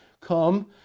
come